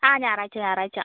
ആ ഞായറാഴ്ച്ച ഞായറാഴ്ച്ച